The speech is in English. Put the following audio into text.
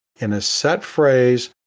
in a set phrase,